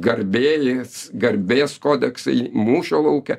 garbės garbės kodeksai mūšio lauke